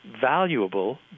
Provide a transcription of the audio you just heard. valuable